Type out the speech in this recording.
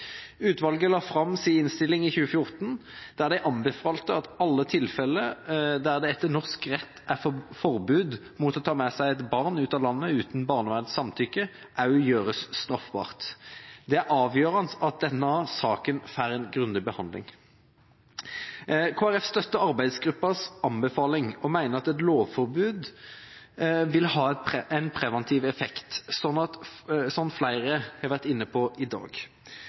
Utvalget la fram si innstilling i 2014, der de anbefalte at også alle tilfeller der det etter norsk rett er forbud mot å ta med seg et barn ut av landet uten barnevernets samtykke, gjøres straffbart. Det er avgjørende at denne saken får en grundig behandling. Kristelig Folkeparti støtter arbeidsgruppens anbefaling og mener at et lovforbud vil ha en preventiv effekt, som flere har vært inne på i dag.